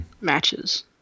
matches